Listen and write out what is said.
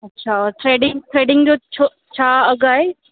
अच्छा threading threading जो छो छा अघि आहे